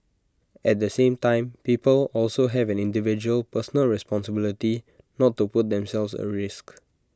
at the same time people also have an individual personal responsibility not to put themselves at risk